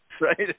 right